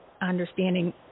understanding